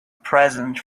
present